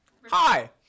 Hi